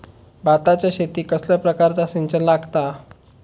भाताच्या शेतीक कसल्या प्रकारचा सिंचन लागता?